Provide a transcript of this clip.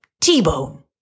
T-Bone